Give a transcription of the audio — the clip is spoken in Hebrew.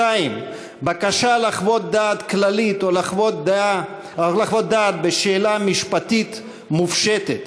(2) בקשה לחוות דעת כללית או לחוות דעת בשאלה משפטית מופשטת,